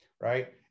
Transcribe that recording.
right